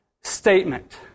statement